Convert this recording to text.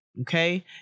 Okay